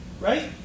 Right